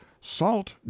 salt